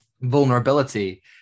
vulnerability